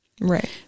Right